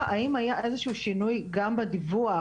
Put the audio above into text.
האם היה איזה שהוא שינוי גם בדיווח,